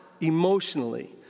emotionally